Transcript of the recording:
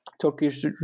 Turkish